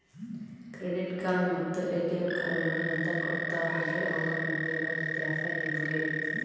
Credit card ಮತ್ತ ATM ಕಾರ್ಡುಗಳು ಅಂತಾ ಕೊಡುತ್ತಾರಲ್ರಿ ಅವುಗಳ ನಡುವೆ ಇರೋ ವ್ಯತ್ಯಾಸ ಏನ್ರಿ?